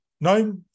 No